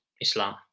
islam